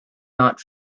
not